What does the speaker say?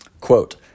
Quote